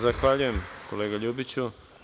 Zahvaljujem, kolega Ljubiću.